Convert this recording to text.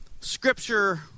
scripture